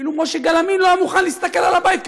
אפילו מושיק גלאמין לא היה מוכן להסתכל על הבית,